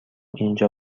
اینجا